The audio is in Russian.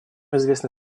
известны